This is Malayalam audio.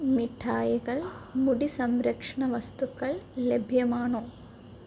മിഠായികൾ മുടി സംരക്ഷണ വസ്തുക്കൾ ലഭ്യമാണോ